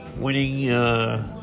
winning